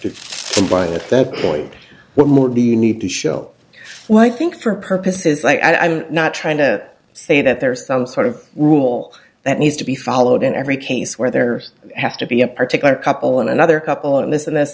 to buying at that point what more do you need to show what i think for purposes like i'm not trying to say that there is some sort of rule that needs to be followed in every case where there has to be a particular couple and another couple in this and that